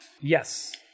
Yes